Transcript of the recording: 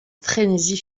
frénésie